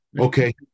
Okay